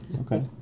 Okay